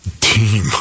Team